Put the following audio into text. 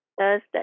thursday